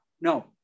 no